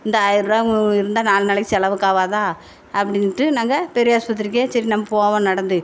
இந்த ஆயிருவா இருந்தால் நாலு நாளைக்கு செலவுக்காவாதா அப்படின்ட்டு நாங்கள் பெரியாஸ்பத்திரிக்கே சரி நம்ம போவோம் நடந்து